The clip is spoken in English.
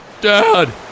Dad